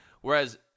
Whereas